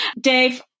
Dave